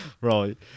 Right